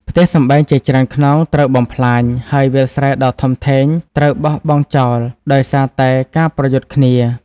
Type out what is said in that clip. ផ្ទះសម្បែងជាច្រើនខ្នងត្រូវបំផ្លាញ ហើយវាលស្រែដ៏ធំធេងត្រូវបោះបង់ចោលដោយសារតែការប្រយុទ្ធគ្នា។